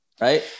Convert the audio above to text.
Right